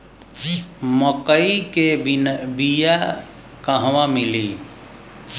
मक्कई के बिया क़हवा मिली?